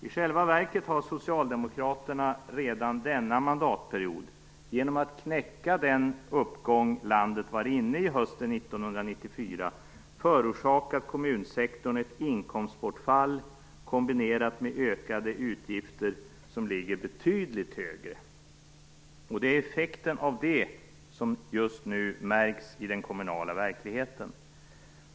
I själva verket har Socialdemokraterna redan denna mandatperiod genom att knäcka den uppgång landet var inne i hösten 1994 förorsakat kommunsektorn ett inkomstbortfall kombinerat med ökade utgifter som ligger betydligt högre. Det är effekten av det som just nu märks i den kommunala verkligheten.